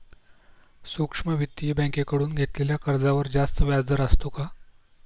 सूक्ष्म वित्तीय बँकेकडून घेतलेल्या कर्जावर जास्त व्याजदर असतो का?